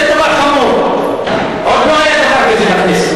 זה דבר חמור, עוד לא היה דבר כזה בכנסת.